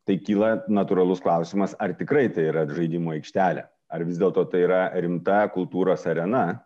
tai kyla natūralus klausimas ar tikrai tai yra žaidimų aikštelė ar vis dėlto tai yra rimta kultūros arena